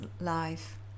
life